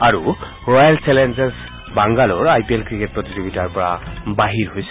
আৰু Royal Challengers Bangalore I P L cricket প্ৰতিযোগিতাৰ পৰা বাহিৰ হৈছে